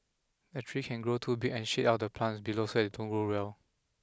a tree can grow too big and shade out the plants below so they don't grow well